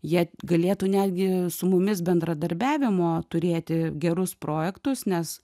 jie galėtų netgi su mumis bendradarbiavimo turėti gerus projektus nes